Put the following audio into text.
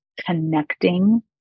connecting